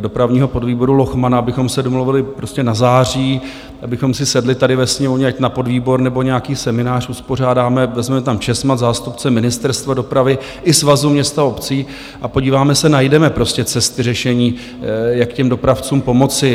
dopravního podvýboru Lochmana, abychom se domluvili prostě na září, abychom si sedli tady ve Sněmovně, ať na podvýbor, nebo nějaký seminář uspořádáme, vezmeme tam Česmad, zástupce Ministerstva dopravy i Svazu měst a obcí a podíváme se, najdeme prostě cesty řešení, jak těm dopravcům pomoci.